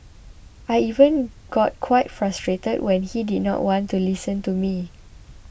I even got quite frustrated when he did not want to listen to me